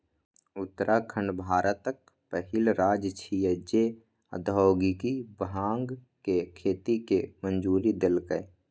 उत्तराखंड भारतक पहिल राज्य छियै, जे औद्योगिक भांग के खेती के मंजूरी देलकै